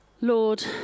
Lord